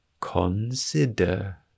consider